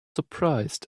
surprised